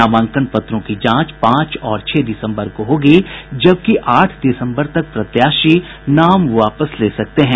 नामांकन पत्रों की जांच पांच और छह दिसम्बर को होगी जबकि आठ दिसम्बर तक प्रत्याशी नाम वापस ले सकते हैं